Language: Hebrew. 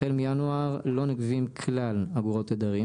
החל מינואר לא נגבים כלל אגרות תדרים